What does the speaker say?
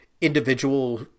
individual